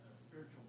Spiritual